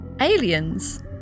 aliens